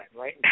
Right